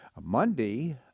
Monday